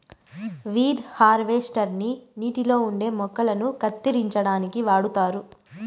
weed harvester ని నీటిలో ఉండే మొక్కలను కత్తిరించడానికి వాడుతారు